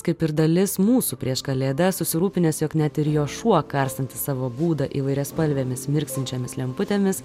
kaip ir dalis mūsų prieš kalėdas susirūpinęs jog net ir jo šuo karstantis savo būdą įvairiaspalvėmis mirksinčiomis lemputėmis